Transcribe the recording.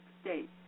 State